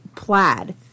plaid